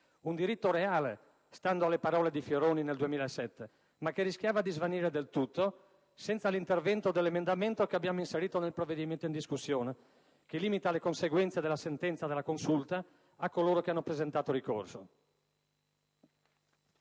Un diritto reale, stando alle parole di Fioroni nel 2007, ma che rischiava di svanire del tutto senza l'intervento dell'emendamento che abbiamo inserito nel provvedimento in discussione che limita le conseguenze della sentenza della Consulta a coloro che hanno presentato ricorso.